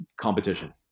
competition